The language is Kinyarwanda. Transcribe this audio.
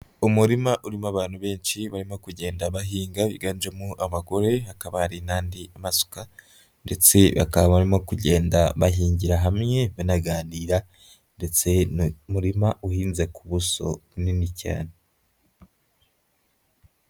Umurima urimo abantu benshi barimo kugenda bahinga biganjemo abagore, hakaba hari n'andi masuka, ndetse bakaba barimo kugenda bahingira hamwe banaganira, ndetse ni umurima uhinze ku buso bunini cyane.